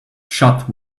chad